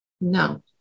No